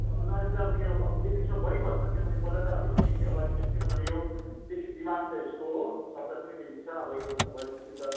ए अन्त अहिले चाहिँ अब के हो अब बि बिचमा बढिबस्छ किनभने पहिला त अझ कम्ती थियो अब अहिले किनभने यो बेसी डिमान्ड छ यसको हो सप्लाई पनि बेसी अब यो अब यस यो त